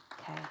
Okay